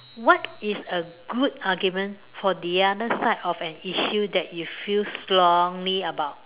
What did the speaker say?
what is a good argument for the other side of an issue that you feel strongly about